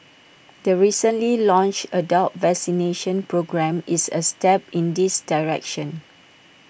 the recently launched adult vaccination programme is A step in this direction